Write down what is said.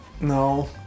No